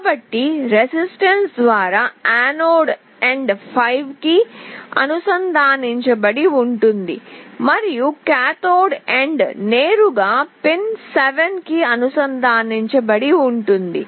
కాబట్టి రెసిస్టెన్స్ ద్వారా anode end 5 వికి అనుసంధానించబడి ఉంటుంది మరియు కాథోడ్ ఎండ్ నేరుగా పిన్ 7 కి అనుసంధానించబడి ఉంటుంది